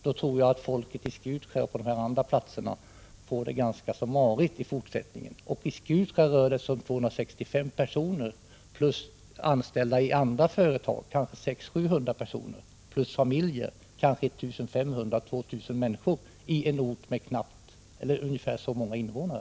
Jag tror att folket i Skutskär och på de andra platserna i så fall får det ganska marigt. I Skutskär rör det sig om 265 personer plus 600-700 anställda i andra företag samt deras familjer. Det gäller alltså 1 500-2 000 människor, i en ort med ungefär lika många invånare.